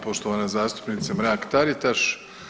Poštovana zastupnice Mrak Taritaš.